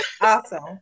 Awesome